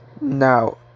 now